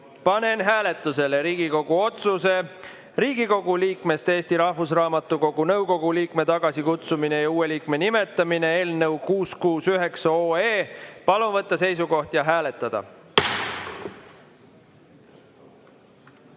panen hääletusele Riigikogu otsuse "Riigikogu liikmest Eesti Rahvusraamatukogu nõukogu liikme tagasikutsumine ja uue liikme nimetamine" eelnõu 669. Palun võtta seisukoht ja hääletada!